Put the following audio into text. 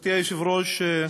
גברתי היושבת-ראש,